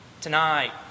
Tonight